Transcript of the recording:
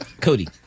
Cody